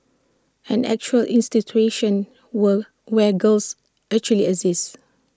an actual institution were where girls actually exist